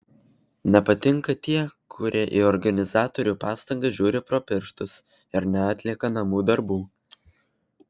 nepatinka tie kurie į organizatorių pastangas žiūri pro pirštus ir neatlieka namų darbų